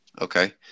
Okay